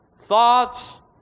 thoughts